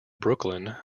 brooklyn